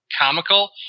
comical